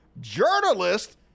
Journalist